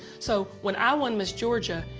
so when i won miss georgia,